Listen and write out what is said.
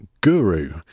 guru